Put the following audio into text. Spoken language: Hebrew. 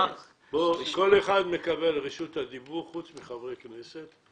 כל אחד ידבר רק ברשות דיבור, פרט לחברי הכנסת,